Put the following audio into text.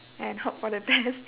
and hope for the best